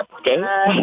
Okay